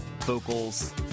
vocals